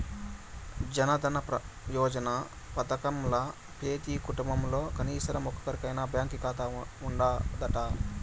జనదన యోజన పదకంల పెతీ కుటుంబంల కనీసరం ఒక్కోరికైనా బాంకీ కాతా ఉండాదట